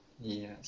yes